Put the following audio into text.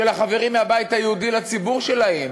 של החברים מהבית היהודי לציבור שלהם.